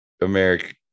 america